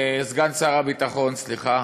סגן שר הביטחון, סליחה.